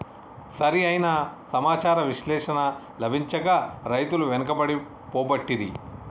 సరి అయిన సమాచార విశ్లేషణ లభించక రైతులు వెనుకబడి పోబట్టిరి